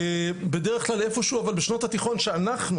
ובדרך כלל איפה שהוא בשנות התיכון שאנחנו